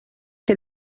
que